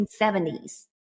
1970s